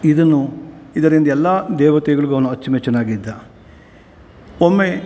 ಇದನ್ನು ಇದರಿಂದ ಎಲ್ಲ ದೇವತೆಗಳಿಗೂ ಅವನು ಅಚ್ಚುಮೆಚ್ಚುನಾಗಿದ್ದ ಒಮ್ಮೆ